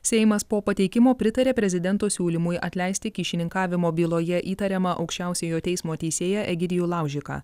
seimas po pateikimo pritarė prezidento siūlymui atleisti kyšininkavimo byloje įtariamą aukščiausiojo teismo teisėją egidijų laužiką